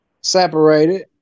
Separated